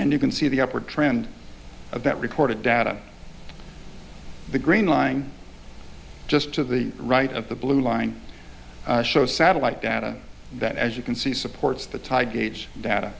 and you can see the upward trend of that recorded data the green line just to the right of the blue line shows satellite data that as you can see supports the tide gauge data